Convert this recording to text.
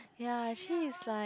ya she is like